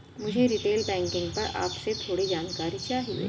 मुझे retail banking पर आपसे थोड़ी जानकारी चाहिए